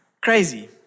Crazy